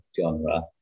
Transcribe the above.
genre